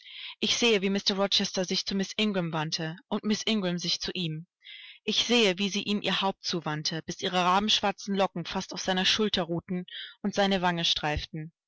ich sehe wie mr rochester sich zu miß ingram wandte und miß ingram sich zu ihm ich sehe wie sie ihm ihr haupt zuwandte bis ihre rabenschwarzen locken fast auf seiner schulter ruhten und seine wangen streiften